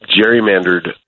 gerrymandered